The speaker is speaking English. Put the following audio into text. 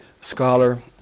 scholar